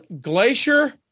glacier